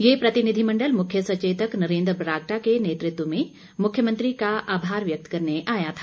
ये प्रतिनिधिमंडल मुख्य सचेतक नरेंद्र बरागटा के नेतृत्व में मुख्यमंत्री का आभार व्यक्त करने आया था